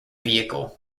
vehicle